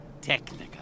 technica